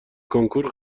کنکور